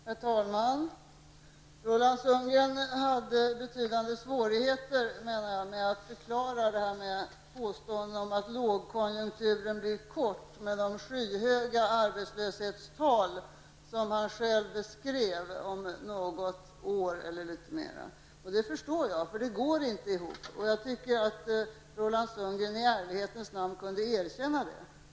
Herr talman! Roland Sundgren hade betydande svårigheter att förklara påståendet att lågkonjunkturen blir kortvarig. Samtidigt beskrev han själv hur skyhöga arbetslöshetstalen skulle bli om något år och längre fram. Jag förstår hans svårigheter, därför att dessa två saker går inte ihop. Jag tycker att Roland Sundgren i ärlighetens namn skall erkänna det.